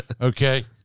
Okay